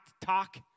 talk